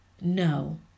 no